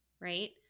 right